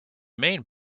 main